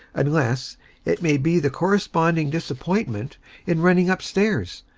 unless it may be the corresponding disappointment in running up stairs,